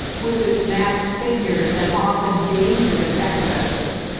with its masked figures and often dangerous excesses.